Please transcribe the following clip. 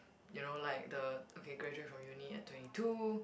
you know like the okay graduate from uni at twenty two